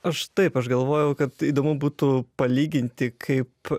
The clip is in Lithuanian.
aš taip aš galvojau kad įdomu būtų palyginti kaip